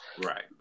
Right